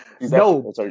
No